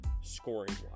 scoring-wise